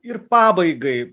ir pabaigai